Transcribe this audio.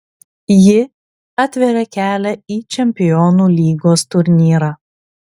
ji atveria kelią į čempionų lygos turnyrą